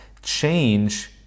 change